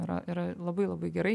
yra yra labai labai gerai